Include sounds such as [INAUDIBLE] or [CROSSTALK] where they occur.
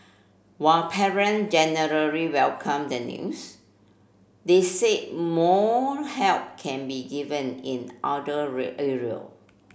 while parent generally welcomed the news they said more help can be given in other [UNINTELLIGIBLE] area